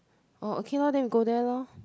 oh okay loh then we go there loh